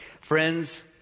Friends